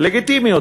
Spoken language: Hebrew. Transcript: הלגיטימיות,